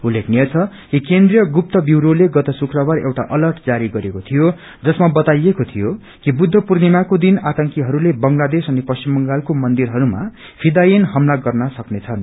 उल्लेखनीय छ कि केन्द्रिय गुत्त ब्यूरोले गत शुक्रबार एउआ अर्लट जारी गरेको थियो जसमा बताइएको थियो कि दुख पूर्णमाको दिन आतंकीहरूले बंगलादेश अनि पश्चिम बंगालको मन्दिरहसमा फिदायीन इमला गर्न सक्नेछन्